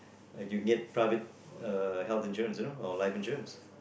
uh you get private uh health insurance you know or life insurance